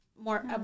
More